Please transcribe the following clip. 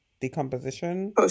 Decomposition